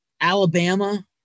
Alabama